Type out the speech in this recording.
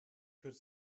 could